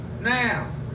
Now